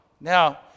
Now